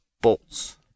bolts